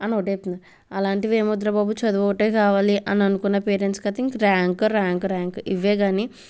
అలాంటివి ఏం వద్దురా బాబు చదువు ఒక్కటే కావాలి అని అనుకున్న పేరెంట్స్కి అయితే ర్యాంక్ ర్యాంక్ ర్యాంక్ ఇవే కాని